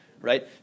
Right